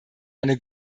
eine